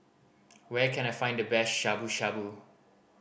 where can I find the best Shabu Shabu